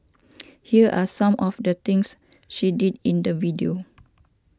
here are some of the things she did in the video